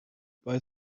bei